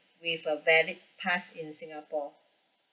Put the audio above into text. with a valid pass in singapore